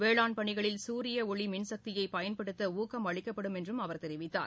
வேளாண் பணிகளில் சூரிய ஒளி மிள் சக்தியை பயன்படுத்த ஊக்கம் அளிக்கப்படும் என்றும் அவர் தெரிவித்தார்